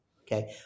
Okay